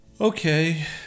Okay